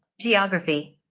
geography.